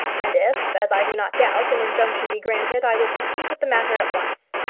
and if, as i do not doubt, an injunction be granted, i will proceed with the matter at once.